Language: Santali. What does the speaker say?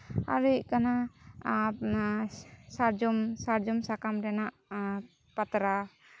ᱟᱨ ᱦᱩᱭᱩᱜ ᱠᱟᱱᱟ ᱥᱟᱨᱡᱚᱢ ᱥᱟᱨᱡᱚᱢ ᱥᱟᱠᱟᱢ ᱨᱮᱱᱟᱜ ᱯᱟᱛᱲᱟ